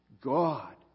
God